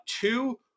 two